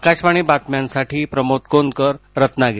आकाशवाणी बातम्यांसाठी प्रमोद कोनकर रत्नागिरी